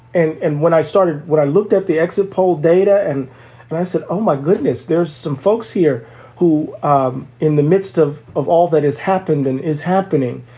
and and when i started what i looked at the exit poll data and and i said, oh, my goodness, there's some folks here who um in the midst of of all that has happened and is happening,